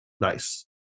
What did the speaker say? nice